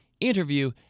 interview